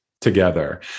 together